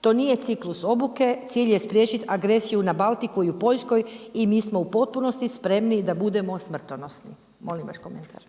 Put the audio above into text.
to nije ciklus obuke, cilj je spriječiti agresiju na Baltiku i u Poljskoj i mi smo u potpunosti spremni da budemo smrtonosni. Molim vas komentar.